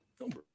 number